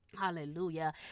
hallelujah